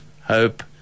hope